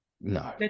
No